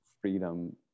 freedom